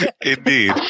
Indeed